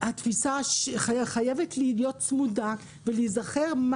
התפיסה שחייבת להיות צמודה ולהיזכר,